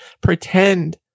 pretend